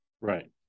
Right